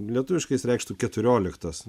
lietuviškai jis reikštų keturioliktas